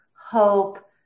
hope